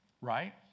Right